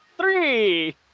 three